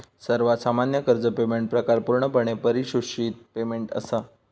सर्वात सामान्य कर्ज पेमेंट प्रकार पूर्णपणे परिशोधित पेमेंट असा